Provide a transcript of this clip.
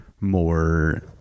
more